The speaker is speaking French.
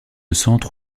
centre